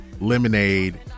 Lemonade